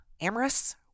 amorous